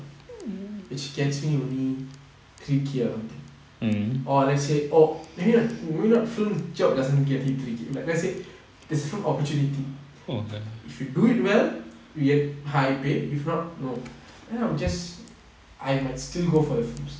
which gets me you only three K or something or let's say or you know that film job doesn't get you three K like let's say this is an opportunity if you do it well you get high pay if not no then I will just I might still go for the films